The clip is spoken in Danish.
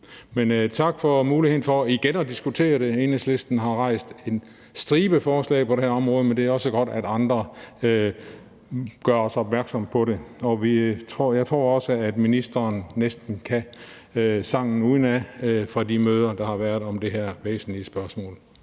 Men tak for muligheden for igen at diskutere det. Enhedslisten har rejst en stribe forslag på det her område, men det er også godt, at andre gør os opmærksom på det, og jeg tror også, at ministeren næsten kan sangen udenad fra de møder, der har været om det her væsentlige spørgsmål.